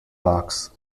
box